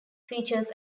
features